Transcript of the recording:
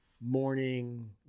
morning